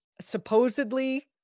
Supposedly